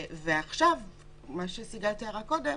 מה שסיגל תיארה קודם